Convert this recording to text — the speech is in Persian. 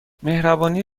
مهربانی